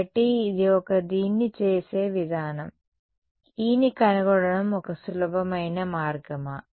కాబట్టి ఇది ఒక దీన్ని చేసే విధానం E ని కనుగొనడం ఒక సులభమైన మార్గమా